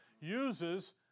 uses